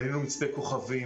בנינו מצפה כוכבים,